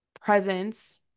presence